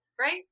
right